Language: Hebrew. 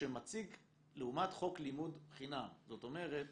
שמציג לעומת חוק לימוד חובה, זאת אומרת